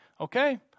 Okay